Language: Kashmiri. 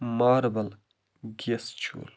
marble gas چولہٕ